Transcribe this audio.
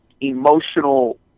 emotional